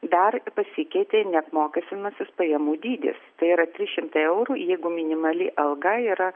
dar pasikeitė neapmokestinamasis pajamų dydis tai yra trys šimtai eurų jeigu minimali alga yra